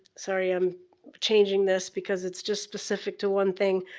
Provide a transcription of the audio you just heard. sorry i'm changing this because it's just specific to one thing.